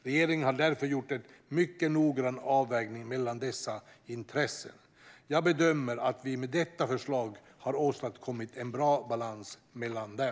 Regeringen har därför gjort en mycket noggrann avvägning mellan dessa intressen. Jag bedömer att vi med detta förslag har åstadkommit en bra balans mellan dem.